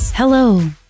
Hello